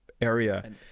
area